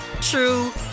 true